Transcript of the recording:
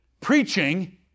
preaching